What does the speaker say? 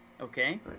okay